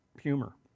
humor